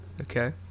Okay